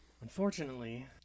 unfortunately